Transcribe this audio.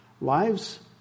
lives